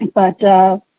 but